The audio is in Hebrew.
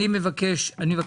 בבקשה.